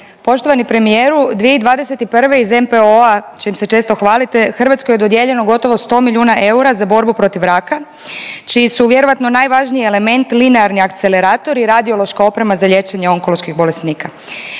Poštovani premijeru, 2021. iz NPOO-a čim se često hvalite Hrvatskoj je dodijeljeno gotovo 100 milijuna eura za borbu protiv raka čiji su vjerojatno najvažniji element linearni akcelerator i radiološka oprema za liječenje onkoloških bolesnika.